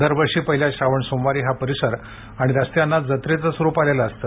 दरवर्षी पहिल्या श्रावण सोमवारी हा परिसर आणि रस्त्यांना जत्रेचे स्वरूप आलेले असते